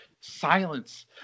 Silence